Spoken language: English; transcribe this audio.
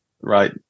right